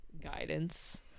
guidance